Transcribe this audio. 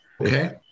Okay